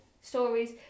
stories